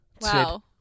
Wow